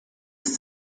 ist